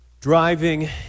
driving